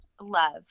love